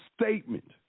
statement